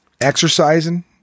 exercising